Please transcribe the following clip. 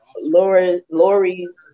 Lori's